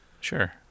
Sure